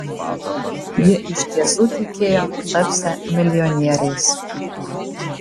jie iš tiesų tikėjo tapsią milijonieriais